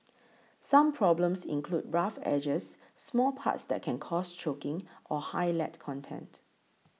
some problems include rough edges small parts that can cause choking or high lead content